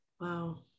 Wow